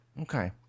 Okay